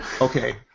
Okay